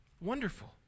wonderful